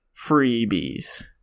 freebies